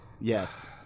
Yes